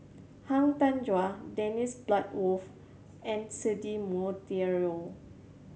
Han Tan Juan Dennis Bloodworth and Cedric Monteiro